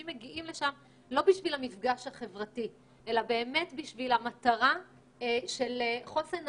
מגיעים לשם לא בשביל המפגש החברתי אלא באמת בשביל חוסן נפשי,